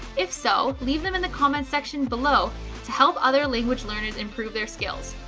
if so, leave them in the comment section below to help other language learners improve their skills.